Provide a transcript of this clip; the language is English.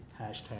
hashtag